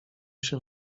się